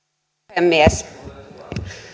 puhemies